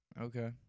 Okay